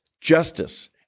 justice